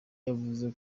yavuze